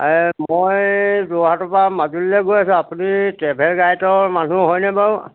মই যোৰহাটৰ পৰা মাজুলীলৈ গৈ আছোঁ আপুনি ট্ৰেভেল গাইডৰ মানুহ হয়নে বাৰু